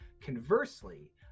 Conversely